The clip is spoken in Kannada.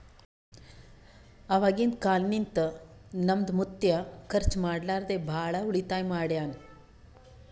ಅವಾಗಿಂದ ಕಾಲ್ನಿಂತ ನಮ್ದು ಮುತ್ಯಾ ಖರ್ಚ ಮಾಡ್ಲಾರದೆ ಭಾಳ ಉಳಿತಾಯ ಮಾಡ್ಯಾನ್